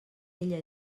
ella